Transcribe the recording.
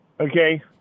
Okay